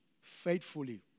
faithfully